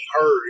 heard